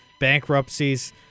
Bankruptcies